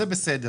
זה בסדר,